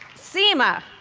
sima,